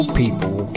people